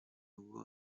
uwo